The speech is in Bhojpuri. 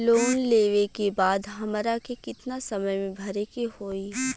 लोन लेवे के बाद हमरा के कितना समय मे भरे के होई?